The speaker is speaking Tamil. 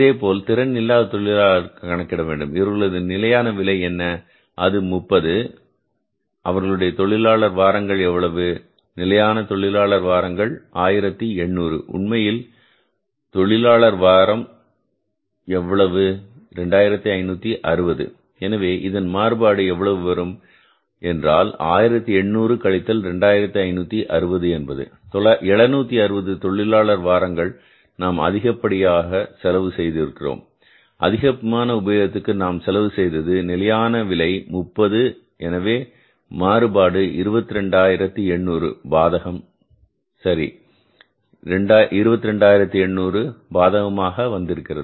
இதேபோல் திறன் இல்லாத தொழிலாளர்களுக்கு கணக்கிட வேண்டும் இவர்களது நிலையான விலை என்ன அது 30 அவர்களுடைய தொழிலாளர் வாரங்கள் எவ்வளவு நிலையான தொழிலாளர் வாரங்கள் 1800 உண்மையில் தொழிலாளர்கள் வாரம் எவ்வளவு 2560 எனவே இதன் மாறுபாடு எவ்வளவு வரும் என்றால் 1800 கழித்தல் 2560 என்பது 760 தொழிலாளர் வாரங்கள் நாம் அதிகப்படியாக செலவு செய்தது அதிகமான உபயோகத்திற்காக நாம் செலவு செய்தது நிலையான விலை 30 எனவே மாறுபாடு 22 ஆயிரத்து 800 பாதகம் சரி 22800 பாதகம் ஆக வந்திருக்கிறது